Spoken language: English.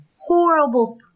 horrible